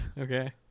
Okay